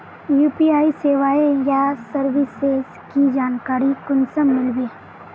UPI सेवाएँ या services की जानकारी कुंसम मिलबे?